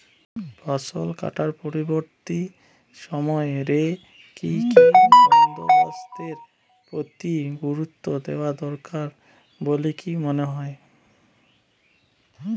ফসলকাটার পরবর্তী সময় রে কি কি বন্দোবস্তের প্রতি গুরুত্ব দেওয়া দরকার বলিকি মনে হয়?